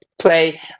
play